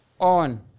on